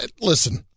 Listen